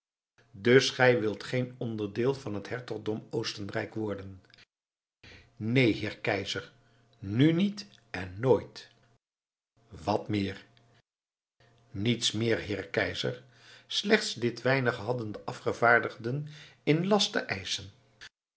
dus gij wilt geen onderdeel van het hertogdom oostenrijk worden neen heer keizer nu niet en nooit wat meer niets meer heer keizer slechts dit weinige hadden de afgevaardigden in last te eischen